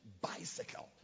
Bicycle